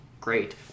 great